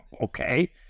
okay